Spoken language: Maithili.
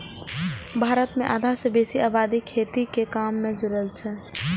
भारत मे आधा सं बेसी आबादी खेती के काम सं जुड़ल छै